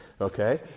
Okay